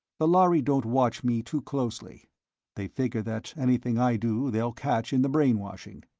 the lhari don't watch me too closely they figure that anything i do they'll catch in the brainwashing.